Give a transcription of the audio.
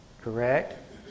Correct